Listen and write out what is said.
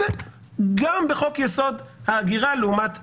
זה גם בחוק-יסוד: ההגירה לעומת חוק-יסוד: